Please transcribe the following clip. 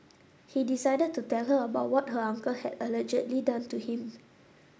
he decided to tell her about what her uncle had allegedly done to him